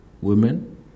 women